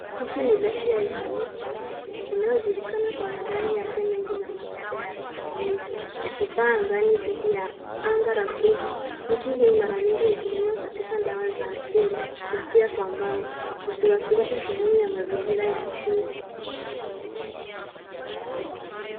Miti mirefu ya (cs) eucalyptus (cs) inayo juliana kwa majani yake mengi na ya maganda ya kahawia yakipaa angani dhidhi ya anga la buluu. Miti hii mara nyingi hutumiwa katika dawa za asili na pia kwa mbao ikiwakilisha sehemu ya mazingira ya asili.